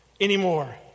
anymore